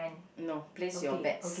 no place your bets